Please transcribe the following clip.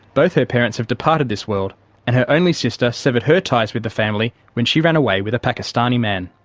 both her parents have departed this world, and her only sister severed her ties with the family when she ran away with a pakistani man.